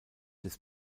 des